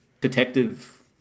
detective